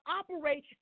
operate